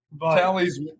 Tally's